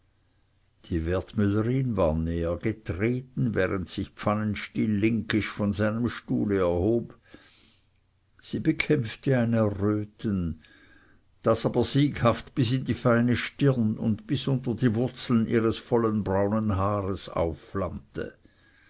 die wertmüllerin war näher getreten während sich pfannenstiel linkisch von seinem stuhle erhob sie bekämpfte ein erröten das aber sieghaft bis in die feine stirn und bis unter die wurzeln ihres vollen braunen haares aufflammte